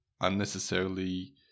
unnecessarily